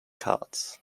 cards